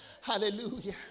Hallelujah